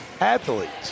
athletes